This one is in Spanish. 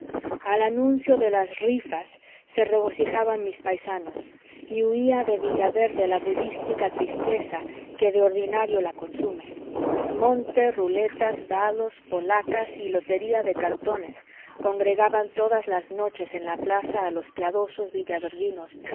al anuncio de las rifas se regocijaban mis paisanos y huía de villaverde la budística tristeza que de ordinario la consume monte ruletas dados polacas y lotería de cartones congregaban todas las noches en la plaza a los piadosos